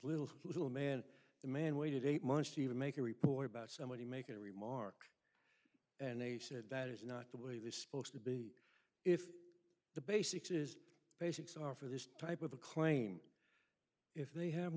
little little man the man waited eight months to even make a report about somebody making a remark and they said that is not the way they're supposed to be if the basics is basics are for this type of a claim if they have